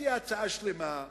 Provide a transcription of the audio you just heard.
להציע הצעה שלמה,